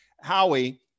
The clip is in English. howie